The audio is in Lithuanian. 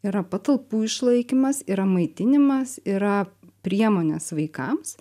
yra patalpų išlaikymas yra maitinimas yra priemonės vaikams